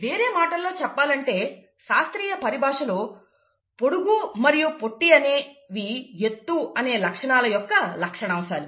వేరే మాటల్లో చెప్పాలంటే శాస్త్రీయ పరిభాషలో పొడుగు మరియు పొట్టి అనేవి ఎత్తు అనే లక్షణాల యొక్క లక్షణాంశాలు